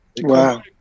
Wow